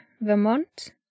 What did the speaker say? Vermont